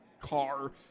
car